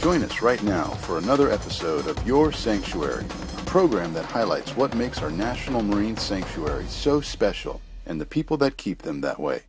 during the threat now for another episode of your sanctuary program that highlights what makes our national marine sanctuaries so special and the people that keep them that way